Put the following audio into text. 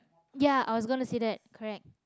ya i was gonna say that correct